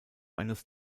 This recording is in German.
eines